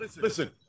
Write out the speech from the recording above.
Listen